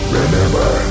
remember